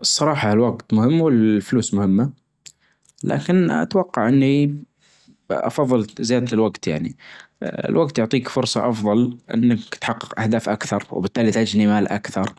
الصراحة الوقت مهم والفلوس مهمة، لكن أتوقع إني بأفظل زيادة الوجت يعني الوجت يعطيك فرصة أفظل أنك تحقق أهداف أكثر وبالتالي تجني مال أكثر